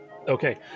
Okay